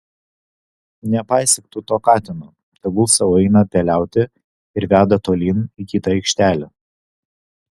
nepaisyk tu to katino tegul sau eina peliauti ir veda tolyn į kitą aikštelę